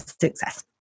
success